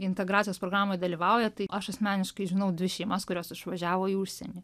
integracijos programoj dalyvauja tai aš asmeniškai žinau dvi šeimas kurios išvažiavo į užsienį